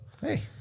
hey